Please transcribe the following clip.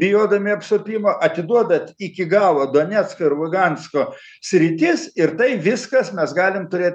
bijodami apsupimo atiduodat iki galo donecko ir lugansko sritis ir tai viskas mes galim turėt